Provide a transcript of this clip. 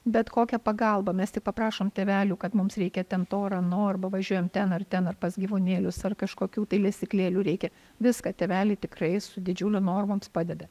bet kokią pagalbą mes tik paprašom tėvelių kad mums reikia ten to ar ano arba važiuojam ten ar ten ar pas gyvūnėlius ar kažkokių tai lesyklėlių reikia viską tėveliai tikrai su didžiuliu noru mums padeda